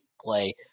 play